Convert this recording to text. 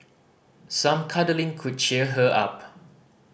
some cuddling could cheer her up